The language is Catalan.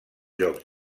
jocs